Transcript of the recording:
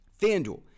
FanDuel